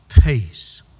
peace